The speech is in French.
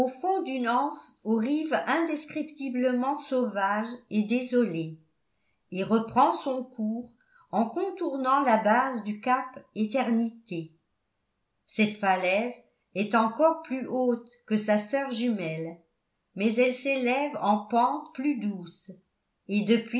fond d'une anse aux rives indescriptiblement sauvages et désolées et reprend son cours en contournant la base du cap eternité cette falaise est encore plus haute que sa sœur jumelle mais elle s'élève en pente plus douce et depuis